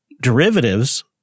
derivatives